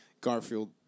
Garfield